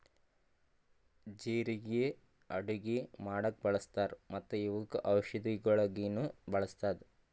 ಜೀರಿಗೆ ಅಡುಗಿ ಮಾಡಾಗ್ ಬಳ್ಸತಾರ್ ಮತ್ತ ಇವುಕ್ ಔಷದಿಗೊಳಾಗಿನು ಬಳಸ್ತಾರ್